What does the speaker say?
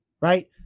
right